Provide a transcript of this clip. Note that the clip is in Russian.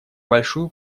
большую